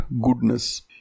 goodness